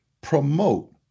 promote